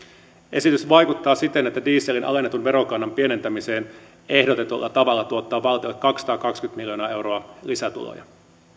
esitys vaikuttaa siten että dieselin alennetun verokannan pienentäminen ehdotetulla tavalla tuottaa valtiolle kaksisataakaksikymmentä miljoonaa euroa lisätuloja